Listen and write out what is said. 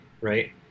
right